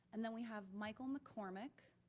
and then we have michael mccormack.